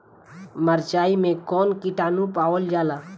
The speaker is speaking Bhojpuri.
मारचाई मे कौन किटानु पावल जाला?